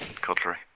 cutlery